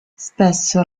spesso